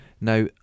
now